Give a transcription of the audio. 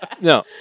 No